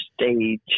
Stage